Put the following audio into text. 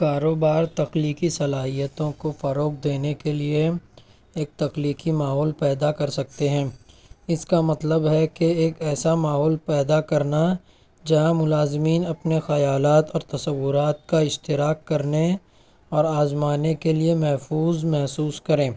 کاروبار تخلیقی صلاحیتوں کو فروغ دینے کے لیے ایک تخلیقی ماحول پیدا کر سکتے ہیں اس کا مطلب ہے کہ ایک ایسا ماحول پیدا کرنا جہاں ملازمین اپنے خیالات اور تصورات کا اشتراک کرنے اور آزمانے کے لیے محفوظ محسوس کریں